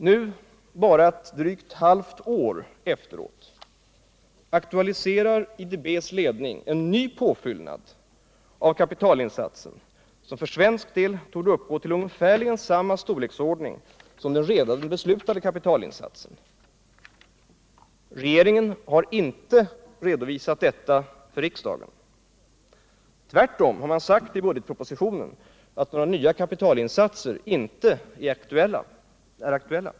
Nu bara drygt ett halvt år efteråt aktualiserar IDB:s ledning en ny påfyllnad av kapitalinsatsen, som för svensk del torde uppgå till ungefär samma storlek som den redan beslutade. Regeringen har inte redovisat detta för riksdagen. Tvärtom har man i budgetpropositionen sagt att några nya kapitalinsatser inte var aktuella.